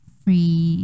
free